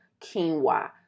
quinoa